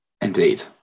Indeed